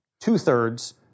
Two-thirds